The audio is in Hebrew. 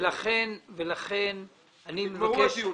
נגמרו הדיונים.